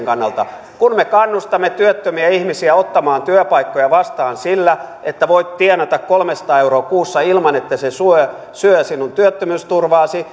kannalta kun me kannustamme työttömiä ihmisiä ottamaan työpaikkoja vastaan sillä että voit tienata kolmesataa euroa kuussa ilman että se syö syö sinun työttömyysturvaasi